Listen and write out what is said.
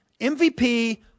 MVP